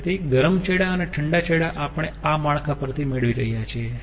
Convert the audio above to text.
તેથી ગરમ છેડા અને ઠંડા છેડા આપણે આ માળખા પરથી મેળવી રહ્યા છીએ